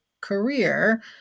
career